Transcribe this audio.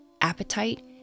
appetite